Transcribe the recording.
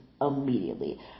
immediately